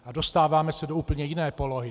A dostáváme se do úplně jiné polohy.